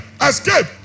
Escape